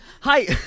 Hi